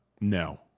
No